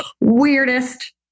Weirdest